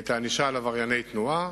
את הענישה על עברייני תנועה.